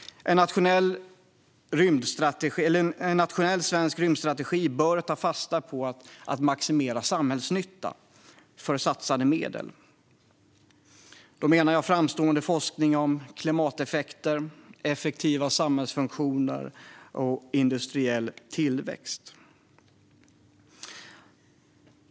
En nationell svensk rymdstrategi bör ta fasta på att maximera samhällsnytta för satsade medel. Då menar jag framstående forskning om klimateffekter, effektiva samhällsfunktioner och industriell tillväxt.